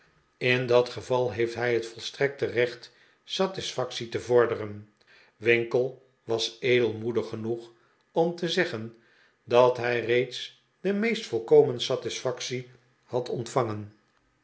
in dat geval heeft hij het volste recht satisfactie te vorderen winkle was edelmoedig genoeg om te zeggen dat hij reeds de meest volkomen een nieuwe kennis satisfactie had ontvangen